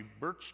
birch